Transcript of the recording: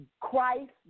Christ